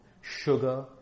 Sugar